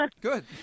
Good